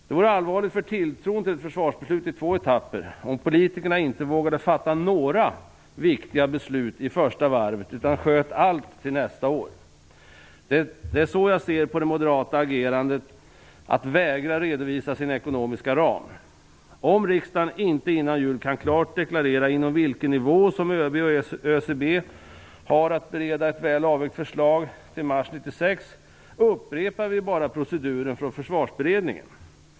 Det vore allvarligt för tilltron till ett försvarsbeslut i två etapper, om politikerna inte vågade fatta några viktiga beslut i första omgången utan sköt upp allt till nästa år. Min syn på moderaternas agerande är att de vägrar att redovisa sin ekonomiska ram. Om riksdagen inte före jul klart deklarerar på vilken nivå som ÖB och ÖCB har att bereda ett väl avvägt förslag till mars 1996, så upprepas bara proceduren i Försvarsberedningen.